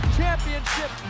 championship